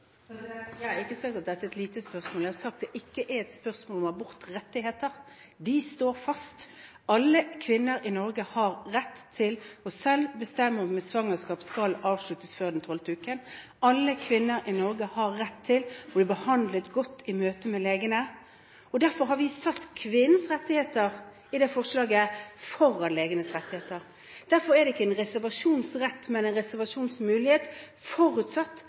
Jeg har ikke sagt at dette er et lite spørsmål. Jeg har sagt at det ikke er et spørsmål om abortrettigheter. De står fast. Alle kvinner i Norge har rett til selv å bestemme om et svangerskap skal avsluttes før den tolvte uke. Alle kvinner i Norge har rett til å bli behandlet godt i møte med legene, og derfor har vi i dette forslaget satt kvinnens rettigheter foran legenes rettigheter. Derfor er det ikke en reservasjonsrett, men en reservasjonsmulighet, forutsatt